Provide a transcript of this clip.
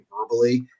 verbally